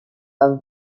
have